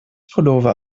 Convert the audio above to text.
pullover